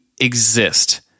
exist